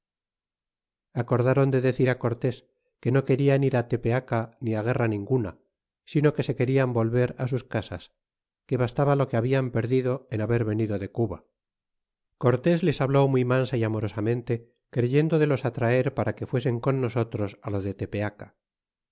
acordáron de decir á cortés que no querian ir tepeaca ni á guerra ninguna sino que se querían volver sus casas que bastaba lo que hablan perdido en haber venido de cuba y cortés les habló muy mansa y amorosamente creyendo de los atraer para que fuesen con nosotros á lo de tepeaca